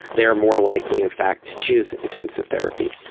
they are more likely in fact to choose intensive therapy.